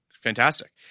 Fantastic